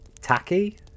tacky